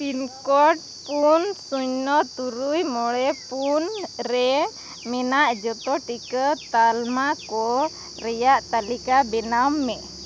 pincode ᱯᱩᱱ ᱥᱩᱭᱱᱚ ᱛᱩᱨᱩᱭ ᱢᱚᱬᱮ ᱯᱩᱱ ᱨᱮ ᱢᱮᱱᱟᱜ ᱡᱚᱛᱚ ᱴᱤᱠᱟᱹ ᱛᱟᱞᱢᱟᱠᱚ ᱨᱮᱭᱟᱜ ᱛᱟᱞᱤᱠᱟ ᱵᱮᱱᱟᱣ ᱢᱮ